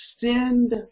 send